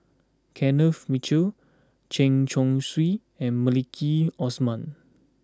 Kenneth Mitchell Chen Chong Swee and Maliki Osman